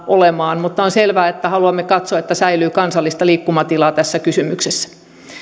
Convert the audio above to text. olemaan mutta on selvää että haluamme katsoa että säilyy kansallista liikkumatilaa tässä kysymyksessä